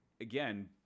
again